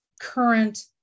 current